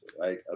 right